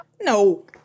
No